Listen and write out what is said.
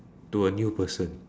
to a new person